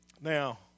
Now